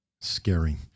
Scary